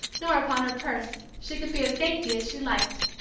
nor upon her purse she could be as dainty as she liked.